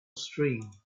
stream